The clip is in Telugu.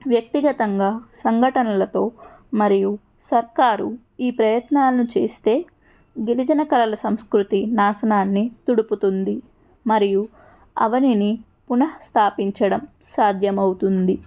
వ్యక్తిగతంగా సంఘటనలతో మరియు సర్కారు ఈ ప్రయత్నాలను చేస్తే గిరిజన కళల సాంస్కృతి నాశనాన్ని తుడుపుతుంది మరియు అవనిని పునఃస్థాపించడం సాధ్యమవుతుంది